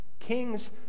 kings